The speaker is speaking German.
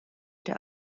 der